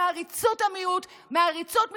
מעריצות המיעוט, מעריצות משפטית,